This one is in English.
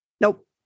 Nope